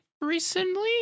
recently